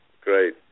Great